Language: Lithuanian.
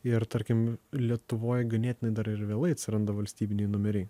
ir tarkim lietuvoj ganėtinai dar ir vėlai atsiranda valstybiniai numeriai